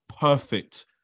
perfect